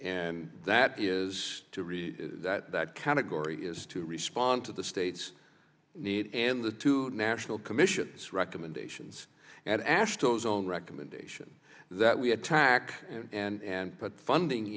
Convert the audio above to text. and that is to read that that category is to respond to the state's need and the two national commission recommendations and ash those on recommendation that we attack and put funding